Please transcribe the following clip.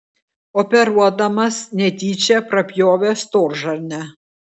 operuodamas netyčia prapjovė storžarnę